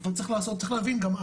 אבל צריך להבין גם,